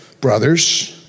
brothers